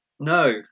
no